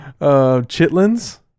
Chitlins